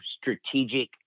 strategic